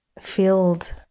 field